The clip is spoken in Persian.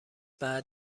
بعد